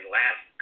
last